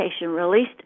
released